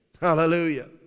Hallelujah